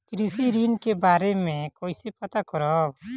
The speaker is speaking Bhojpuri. कृषि ऋण के बारे मे कइसे पता करब?